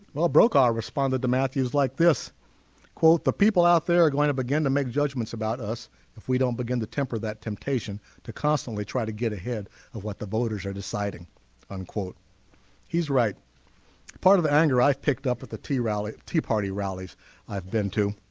well brokaw responded to matthews like this quote the people out there are going to begin to make judgments about us if we don't begin to temper that temptation to constantly try to get ahead of what the voters are deciding unquote he's right part of the anger i've picked up with the tea rally tea party rallies i've been to